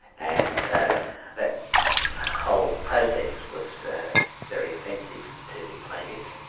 and ah that whole process was very offensive to the plaintiffs,